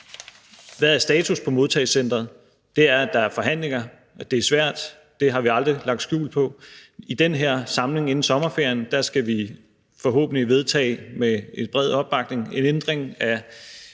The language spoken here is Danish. Hvad er status på modtagecenteret? Den er, at der er forhandlinger, og at det er svært, har vi aldrig lagt skjul på. I den her samling inden sommerferien skal vi forhåbentlig med en bred opbakning vedtage en ændring af